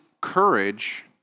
courage